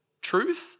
Truth